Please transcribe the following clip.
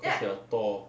cause you are tall